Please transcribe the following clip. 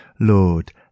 Lord